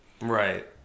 Right